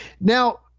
Now